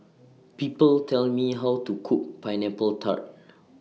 People Tell Me How to Cook Pineapple Tart